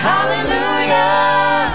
Hallelujah